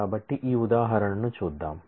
కాబట్టి ఈ ఉదాహరణను చూద్దాం